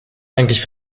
eigentlich